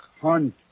Hunt